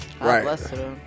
Right